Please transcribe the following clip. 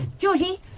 georgie!